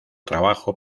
trabajo